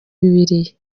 bibiliya